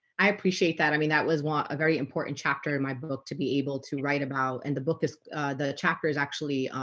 i appreciate that i mean, that was one a very important chapter in my book to be able to write about and the book is the chapter is actually